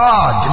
God